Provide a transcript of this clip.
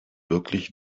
wirklich